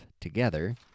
together